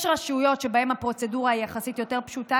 יש רשויות שבהן הפרוצדורה היא יחסית פשוטה יותר,